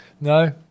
No